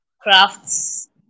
crafts